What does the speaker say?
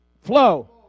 flow